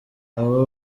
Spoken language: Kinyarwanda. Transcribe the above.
abo